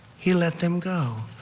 he let them go.